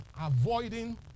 avoiding